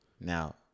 Now